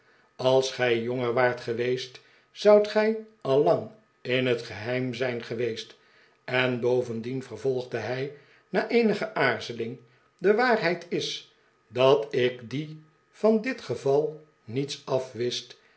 als gij jonger waart geweest zoudt gij al lang in het geheim zijn geweest en bovendien vervolgde hij na eenige aarzeling de waarheid is dat ik die van dit geval niets af